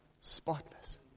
spotless